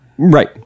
Right